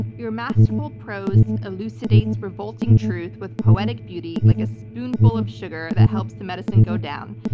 your masterful prose elucidates revolting truth with poetic beauty like a spoonful of sugar that helps the medicine go down.